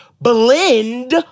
blend